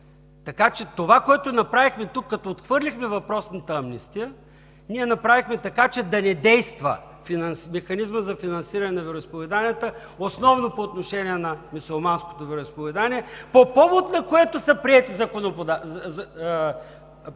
Така че това, което направихме тук, като отхвърлихме въпросната амнистия, ние направихме така, че да не действа механизмът за финансиране на вероизповеданията и основно по отношение на мюсюлманското вероизповедание, по повод на което са приети предложенията